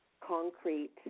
concrete